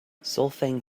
solfaing